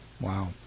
wow